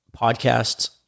podcasts